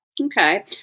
okay